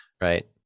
right